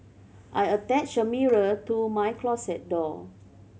I attached a mirror to my closet door